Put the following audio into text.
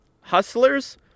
Hustlers